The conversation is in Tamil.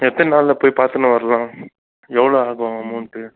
எத்தனை நாளில் போய் பார்த்துன்னு வரலாம் எவ்வளோ ஆகும் அமௌன்ட்டு